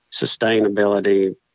sustainability